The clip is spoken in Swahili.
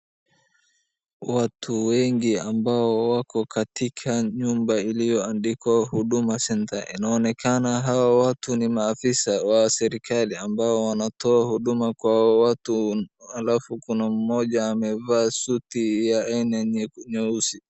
Watu wengi ambao wako katika nyumba iliyoandikwa Huduma Centre. Inaonekana hao watu ni maafisa wa serikali ambao wanatoa huduma kwa watu, alafu kuna mmoja amevaa suti ya aina nyeusi.